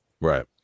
Right